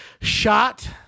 shot